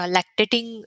Lactating